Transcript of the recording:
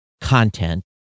content